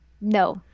No